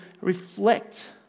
reflect